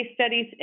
studies